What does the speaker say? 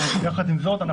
יחד עם זאת,